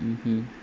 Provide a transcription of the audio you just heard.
mmhmm mmhmm